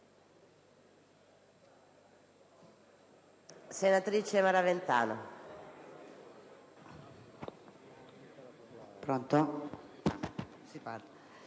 Senatrice Maraventano,